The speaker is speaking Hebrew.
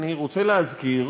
אני רוצה להזכיר